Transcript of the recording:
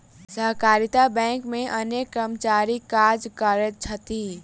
सहकारिता बैंक मे अनेक कर्मचारी काज करैत छथि